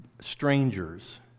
Strangers